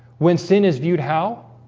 when sin is viewed how